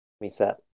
reset